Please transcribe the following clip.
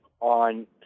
on